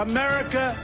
America